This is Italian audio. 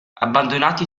abbandonati